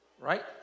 right